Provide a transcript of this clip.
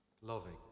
loving